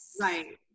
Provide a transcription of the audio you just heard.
Right